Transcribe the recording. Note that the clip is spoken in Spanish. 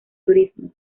turismo